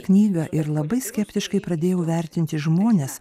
knygą ir labai skeptiškai pradėjau vertinti žmones